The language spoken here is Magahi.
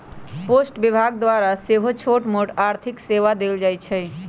पोस्ट विभाग द्वारा सेहो छोटमोट आर्थिक सेवा देल जाइ छइ